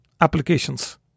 applications